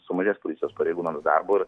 sumažės policijos pareigūnams darbo ir